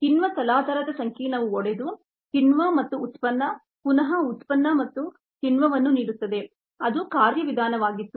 ಮತ್ತು ಕಿಣ್ವ ತಲಾಧಾರದ ಸಂಕೀರ್ಣವು ಒಡೆದು ಕಿಣ್ವ ಮತ್ತು ಉತ್ಪನ್ನ ಪುನಃ ಉತ್ಪನ್ನ ಮತ್ತು ಕಿಣ್ವವನ್ನು ನೀಡುತ್ತದೆ ಅದು ಕಾರ್ಯವಿಧಾನವಾಗಿತ್ತು